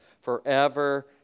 forever